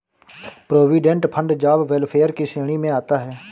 provident fund job welfare की श्रेणी में आता है